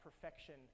perfection